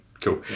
Cool